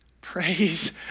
Praise